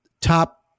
top